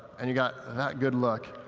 and you got that good look.